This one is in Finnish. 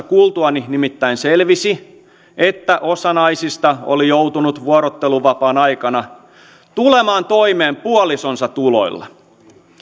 kuultuani nimittäin selvisi että osa naisista oli joutunut vuorotteluvapaan aikana tulemaan toimeen puolisonsa tuloilla